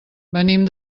venim